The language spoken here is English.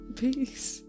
peace